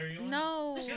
no